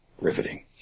Riveting